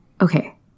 okay